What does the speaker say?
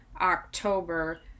October